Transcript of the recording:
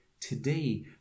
today